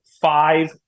five